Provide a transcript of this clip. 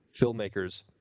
filmmakers